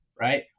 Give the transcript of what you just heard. right